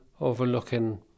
overlooking